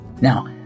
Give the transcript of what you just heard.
Now